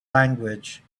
language